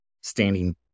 standing